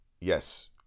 Yes